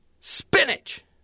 Spinach